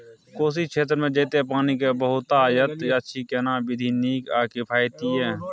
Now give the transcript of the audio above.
कोशी क्षेत्र मे जेतै पानी के बहूतायत अछि केना विधी नीक आ किफायती ये?